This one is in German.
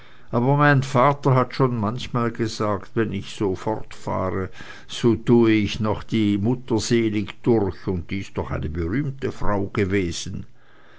aber mein vater hat schon manchmal gesagt wenn ich so fortfahre so tue ich noch die mutter selig durch und die ist doch eine berühmte frau gewesen